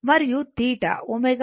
మరియు θ ωt